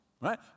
Right